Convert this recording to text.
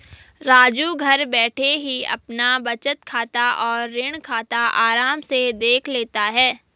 राजू घर बैठे ही अपना बचत खाता और ऋण खाता आराम से देख लेता है